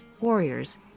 warriors